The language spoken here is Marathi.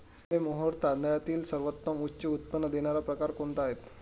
आंबेमोहोर तांदळातील सर्वोत्तम उच्च उत्पन्न देणारा प्रकार कोणता आहे?